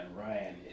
Ryan